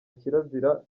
kirazira